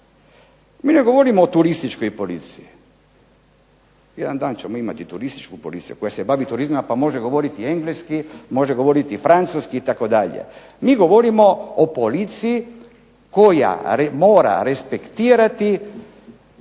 ne govorimo o turističkoj policiji.